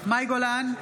מאי גולן,